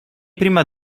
prima